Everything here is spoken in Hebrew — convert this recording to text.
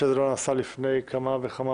את השאלות שלו ואת התשובות שהוא קיבל שם עם הרב רביץ.